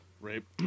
Rape